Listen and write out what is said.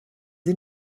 sie